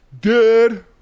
Dead